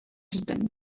جدا